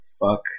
Fuck